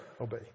obey